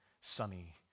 sunny